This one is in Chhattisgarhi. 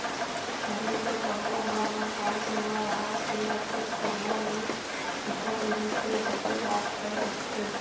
पहिली तो सब्बो घर म गाय गरूवा राहय फेर अतेक गोल्लर नइ दिखत रिहिस हे जतेक आजकल दिखथे